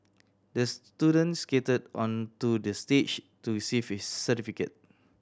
the student skated onto the stage to receive his certificate